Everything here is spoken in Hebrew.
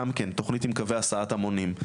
גם כן תוכנית עם קווי הסעת המונים,